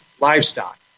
livestock